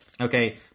Okay